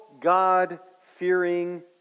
God-fearing